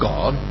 God